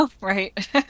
Right